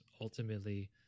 ultimately